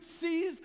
sees